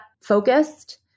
focused